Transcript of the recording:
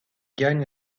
gagne